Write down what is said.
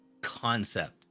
concept